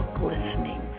glistening